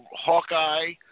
Hawkeye